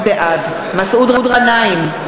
בעד מסעוד גנאים,